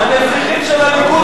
הנסיכים של הליכוד.